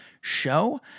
show